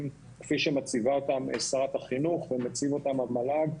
כפי שמציבה אותם שרת החינוך ומציב אותם המל"ג.